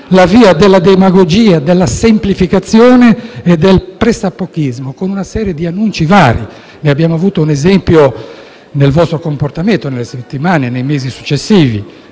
la via della demagogia, della semplificazione e del pressappochismo, con una serie di annunci vari. Abbiamo avuto un esempio del vostro comportamento nelle settimane e nei mesi successivi